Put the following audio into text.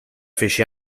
fece